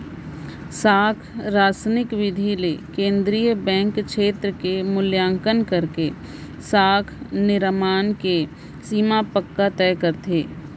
साख रासनिंग बिधि ले केंद्रीय बेंक छेत्र के मुल्याकंन करके साख निरमान के सीमा पक्का करथे